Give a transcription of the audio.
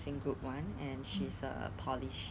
then after that ah I cannot imagine how the